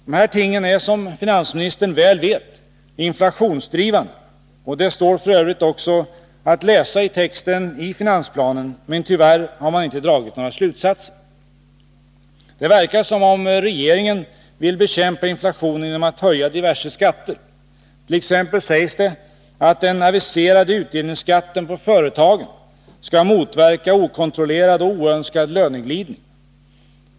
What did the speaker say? Dessa ting är som finansministern väl vet inflationsdrivande. Det står f. ö. också att läsa i texten i finansplanen, men tyvärr har man inte dragit några slutsatser. Det verkar som om regeringen vill bekämpa inflationen genom att höja diverse skatter. Exempelvis sägs det att den aviserade utdelningsskatten på företagen skall motverka okontrollerad och oönskad löneglidning.